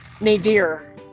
nadir